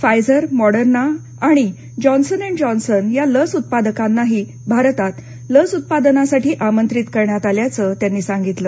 Pfizer Moderna आणि Johnson and Johnson या लस उत्पादकांनाही भारतात लस उत्पादनासाठी आमंत्रित करण्यात आल्याचं त्यांनी सांगितलं